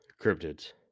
cryptids